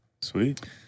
Sweet